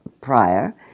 prior